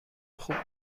خوب